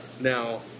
Now